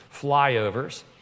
flyovers